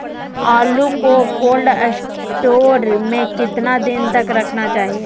आलू को cold store में कितना दिन तक रखना चाहिए?